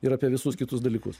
ir apie visus kitus dalykus